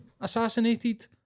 assassinated